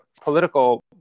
political